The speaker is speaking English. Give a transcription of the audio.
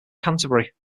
canterbury